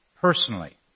personally